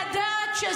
היא עדת תביעה.